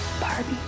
Barbie